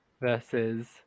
Versus